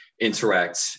interact